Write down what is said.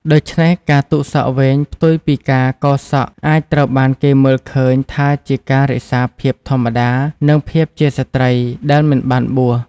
ដូចនេះ ការទុកសក់វែងផ្ទុយពីការកោរសក់អាចត្រូវបានគេមើលឃើញថាជាការរក្សា ភាពធម្មតា និងភាពជាស្ត្រី ដែលមិនបានបួស។